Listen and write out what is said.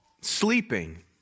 sleeping